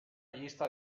llista